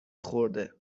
خورده